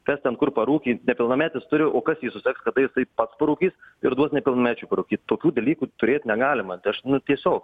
kas ten kur parūkė nepilnametis turi o kas jį suseks kada jisai pats parūkys ir duos nepilnamečiui parūkyt tokių dalykų turėt negalima tai aš nu tiesiog